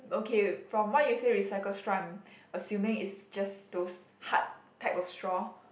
okay from what you say recycle assuming is just those hard type of straw